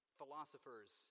philosophers